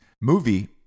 movie